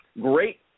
Great